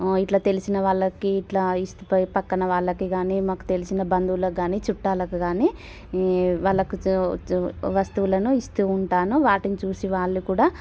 ఇలా తెలిసిన వాళ్ళకి ఇలా పక్కన వాళ్ళకి కానీ మాకు తెలిసిన బంధువులకు కానీ చుట్టాలకి కానీ వాళ్ళకు వస్తువులను ఇస్తూ ఉంటాను వాటిని చూసి వాళ్ళు కూడా